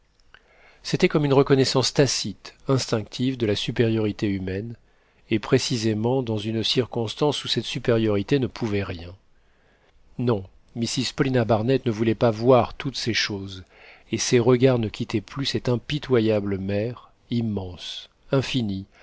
c'était comme une reconnaissance tacite instinctive de la supériorité humaine et précisément dans une circonstance où cette supériorité ne pouvait rien non mrs paulina barnett ne voulait pas voir toutes ces choses et ses regards ne quittaient plus cette impitoyable mer immense infinie